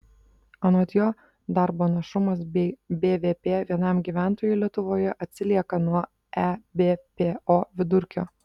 anot jo darbo našumas bei bvp vienam gyventojui lietuvoje atsilieka nuo ebpo vidurkio